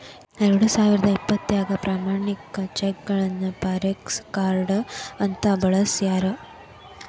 ಎರಡಸಾವಿರದ ಇಪ್ಪತ್ರಾಗ ಪ್ರಯಾಣಿಕರ ಚೆಕ್ಗಳನ್ನ ಫಾರೆಕ್ಸ ಕಾರ್ಡ್ ಅಂತ ಬದಲಾಯ್ಸ್ಯಾರ